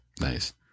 nice